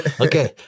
Okay